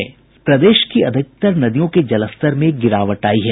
प्रदेश की अधिकतर नदियों के जलस्तर में गिरावट आयी है